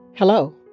Hello